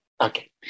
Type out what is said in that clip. okay